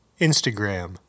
Instagram